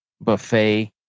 buffet